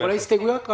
לכל ההסתייגויות?